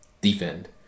defend